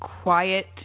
quiet